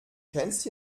kennst